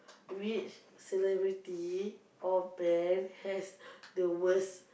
which celebrity or band has the worst